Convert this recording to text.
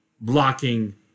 blocking